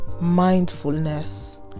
mindfulness